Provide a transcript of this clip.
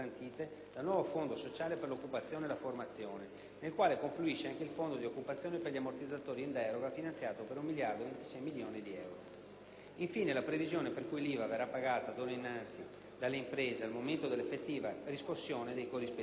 dal nuovo Fondo sociale per l'occupazione e la formazione, nel quale confluisce anche il Fondo di occupazione per gli ammortizzatori in deroga, finanziato per 1.026 milioni di euro. Vi è poi la previsione per cui l'IVA verrà pagata d'ora innanzi dalle imprese al momento dell'effettiva riscossione dei corrispettivi.